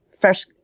fresh